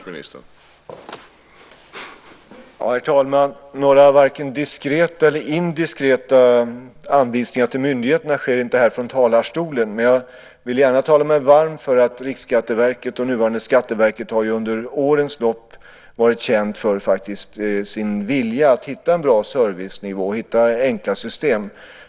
Herr talman! Några vare sig diskreta eller indiskreta anvisningar till myndigheterna sker inte här från talarstolen. Men jag vill gärna tala mig varm för att Riksskatteverket och nuvarande Skatteverket har under årens lopp varit kända för sin vilja att hitta en bra servicenivå och enkla system.